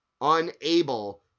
unable